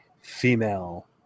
female